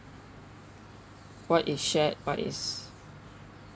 what is shared what is